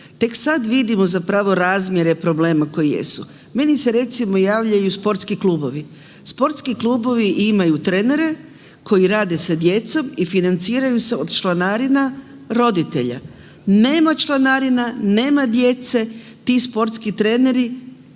tek sad vidimo zapravo razmjere problema koji jesu. Meni se recimo javljaju sportski klubovi, sportski klubovi imaju trenere koji rade sa djecom i financiraju se od članarina roditelja. Nema članarina, nema djece ti sportski treneri